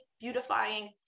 beautifying